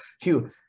hugh